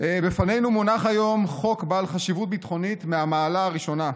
בפנינו מונח היום חוק בעל חשיבות ביטחונית מהמעלה הראשונה.